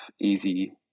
easy